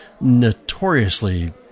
notoriously